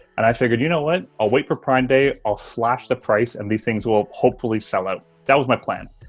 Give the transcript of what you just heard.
and i figured, you know what, i'll wait for prime day, i'll slash the price and things will hopefully sell out. that was my plan.